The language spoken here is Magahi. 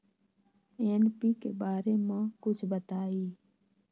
एन.पी.के बारे म कुछ बताई?